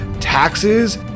taxes